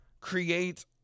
create